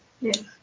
Yes